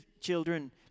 children